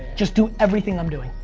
just do everything i'm doing,